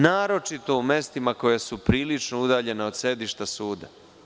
Naročito u mestima koja su prilično udaljena od mesta suda.